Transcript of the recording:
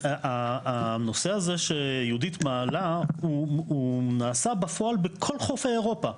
הנושא הזה שיהודית מעלה הוא נעשה בפועל בכל חופי אירופה.